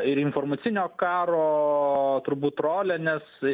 ir informacinio karo turbūt rolę nes